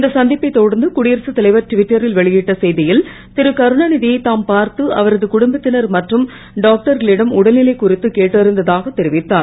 இந்த சந்திப்பைத் தொடர்ந்து குடியரசுத் தலைவர் ட்விட்டரில் வெளியிட்ட செய்தியில் திருகருணாநிதி யைத் தாம் பார்த்து அவரது குடும்பத்தினர் மற்றும் டாக்டர்களிடம் உடல்நிலை குறித்து கேட்டறிந்ததாகத் தெரிவித்தார்